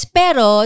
pero